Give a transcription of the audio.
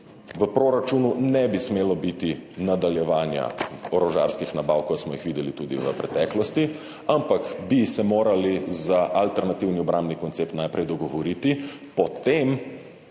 v proračunu ne bi smelo biti nadaljevanja orožarskih nabav, kot smo jih videli tudi v preteklosti, ampak bi se morali za alternativni obrambni koncept najprej dogovoriti, šele